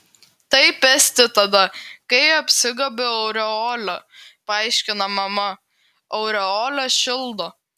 taip esti tada kai apsigobi aureole paaiškina mama aureolė šildo